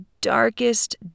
darkest